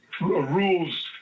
rules